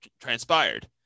transpired